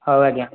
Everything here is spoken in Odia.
ହଉ ଆଜ୍ଞା